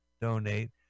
donate